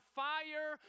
fire